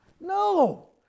No